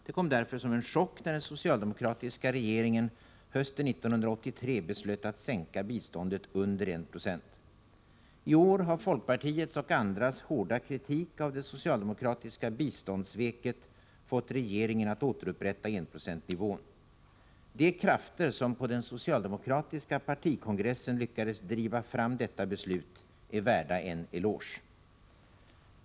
Det kom därför som en chock när den socialdemokratiska regeringen hösten 1983 beslöt att sänka biståndet under 196. I år har folkpartiets och andras hårda kritik av det socialdemokratiska biståndssveket fått regeringen att återupprätta enprocentsnivån. De krafter som på den socialdemokratiska partikongressen lyckades driva fram detta beslut är värda en eloge.